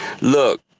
look